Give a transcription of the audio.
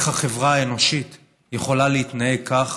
איך החברה האנושית יכולה להתנהג כך,